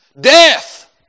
Death